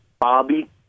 Bobby